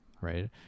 right